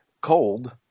cold